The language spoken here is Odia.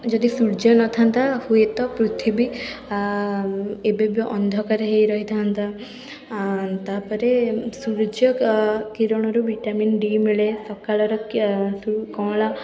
ଯଦି ସୂର୍ଯ୍ୟ ନଥାନ୍ତା ହୁଏତ ପୃଥିବୀ ଏବେବି ଅନ୍ଧକାର ହେଇ ରହିଥାନ୍ତା ତା'ପରେ ସୂର୍ଯ୍ୟ କ କିରଣରୁ ଭିଟାମିନ୍ ଡି ମିଳେ ସକାଳର କିଏ ସୁ କଅଁଳ